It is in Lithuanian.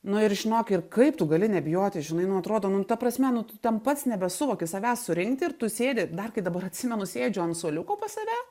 nu ir žinok ir kaip tu gali nebijoti žinai nu atrodo nu ta prasme nu tu ten pats nebesuvoki savęs surinkti ir tu sėdi dar kaip dabar atsimenu sėdžiu ant suoliuko pas save